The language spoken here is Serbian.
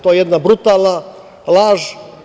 To je jedna brutalna laž.